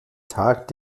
tag